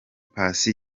paccy